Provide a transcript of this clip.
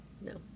No